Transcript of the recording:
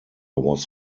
was